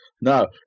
No